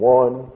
one